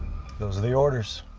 those are the orders.